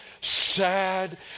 sad